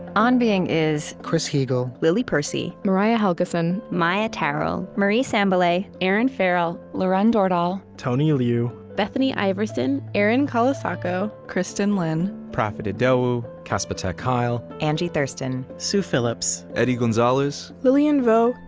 on being is chris heagle, lily percy, mariah helgeson, maia tarrell, marie sambilay, erinn farrell, lauren dordal, tony liu, bethany iverson, erin colasacco, colasacco, kristin lin, profit idowu, casper ter kuile, angie thurston, sue phillips, eddie gonzalez, lilian vo,